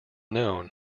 known